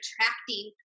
attracting